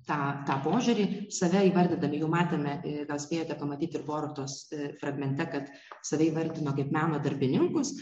tą tą požiūrį save įvardydami jau matėme gal spėjate pamatyti ir borutos fragmente kad save įvertino kaip meno darbininkus